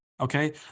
Okay